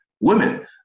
women